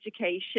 education